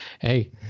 Hey